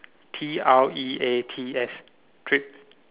T R E a T S treats